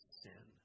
sin